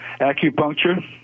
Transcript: acupuncture